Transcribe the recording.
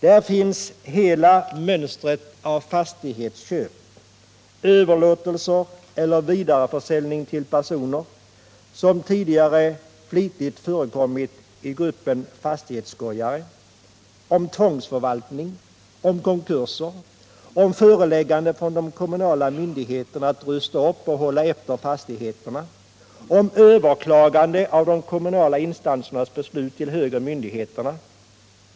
Där finns hela mönstret av fastighetsköp, överlåtelser eller vidareförsäljning till personer som tidigare flitigt förekommit i gruppen fastighetsskojare; där finns uppgifter om tvångsförvaltniag, om konkurser, om föreläggande från de kommunala myndigheterna att rusta upp och hålla efter fastigheterna, om överklagande av de kommunala instansernas beslut till högre myndigheter.